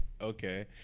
Okay